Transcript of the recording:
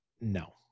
No